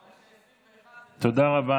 זה אומר שתקציב 2021, תודה רבה.